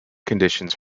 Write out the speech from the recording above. conditions